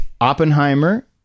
Oppenheimer